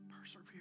persevere